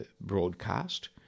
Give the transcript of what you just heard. broadcast